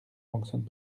fonctionne